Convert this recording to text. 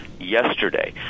yesterday